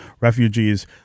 Refugees